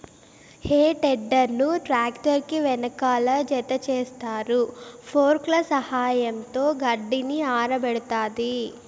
హే tedder ను tractor కి వెనకాల జతచేస్తారు, ఫోర్క్ల సహాయంతో గడ్డిని ఆరబెడతాది